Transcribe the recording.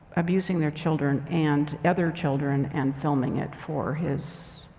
abusing their children and other children and filming it for his,